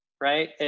right